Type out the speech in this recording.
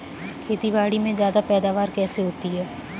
खेतीबाड़ी में ज्यादा पैदावार कैसे होती है?